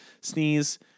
Sneeze